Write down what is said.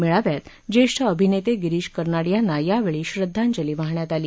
मेळाव्यात ज्येष्ठ अभिनेते गिरीश कर्नाड यांना यावेळी श्रध्दांजली वाहण्यात आली